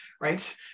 right